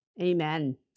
Amen